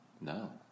No